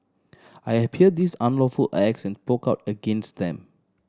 I appeared these unlawful acts and spoke out against them